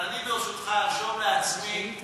אבל אני, ברשותך, ארשום לעצמי את